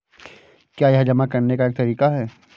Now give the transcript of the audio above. क्या यह जमा करने का एक तरीका है?